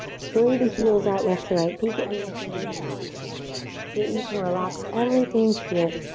splay the heels out left to right. peek at me if you need to. so that you can relax everything's here,